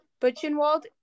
Butchenwald